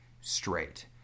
straight